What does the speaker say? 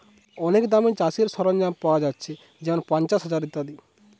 অনেক দামে চাষের সরঞ্জাম পায়া যাচ্ছে যেমন পাঁচশ, হাজার ইত্যাদি